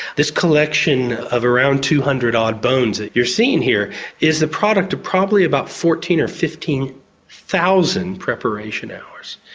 this collection of around two hundred odd bones that you're seeing here is the product of probably about fourteen thousand or fifteen thousand preparation hours.